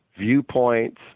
viewpoints